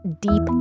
deep